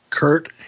Kurt